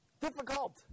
Difficult